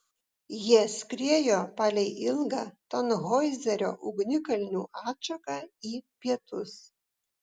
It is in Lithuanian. jie skriejo palei ilgą tanhoizerio ugnikalnių atšaką į pietus